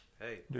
Hey